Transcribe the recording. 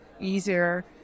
easier